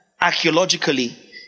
archaeologically